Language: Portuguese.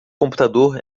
computador